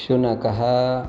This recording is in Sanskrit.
शुनकः